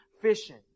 fishing